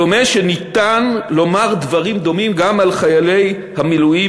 דומה שניתן לומר דברים דומים גם על חיילי המילואים,